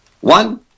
One